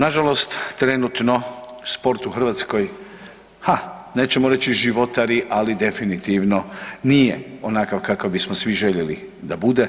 Nažalost, trenutno sport u Hrvatskoj, ha nećemo reći životari, ali definitivno nije onakav kakav bismo svi željeli da bude,